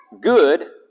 Good